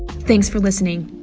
thanks for listening